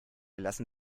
lassen